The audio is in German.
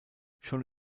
schon